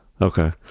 okay